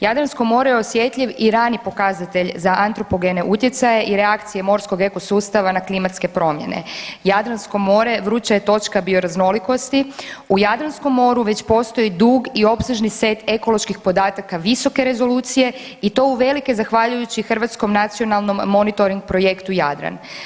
Jadransko more je osjetljiv i rani pokazatelj za antropogene utjecaje i reakcije morskog eko sustava na klimatske promjene, Jadransko more vruća je točka bioraznolikosti u Jadranskom moru već postoji dug i opsežen set ekoloških podataka visoke rezolucije i to uvelike zahvaljujući Hrvatskom nacionalnom monitoring projektu Jadran.